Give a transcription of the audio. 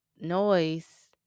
noise